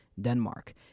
Denmark